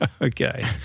Okay